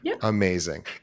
Amazing